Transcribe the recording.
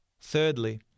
Thirdly